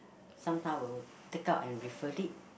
some time I will take out and refer it